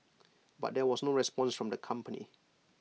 but there was no response from the company